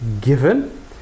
given